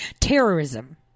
terrorism